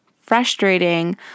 frustrating